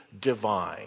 divine